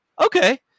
okay